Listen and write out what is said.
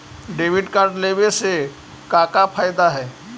Debit card लेवे से का का फायदा है?